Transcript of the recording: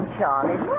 Charlie